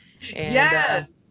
Yes